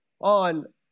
on